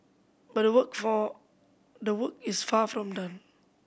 but the work the work is far from done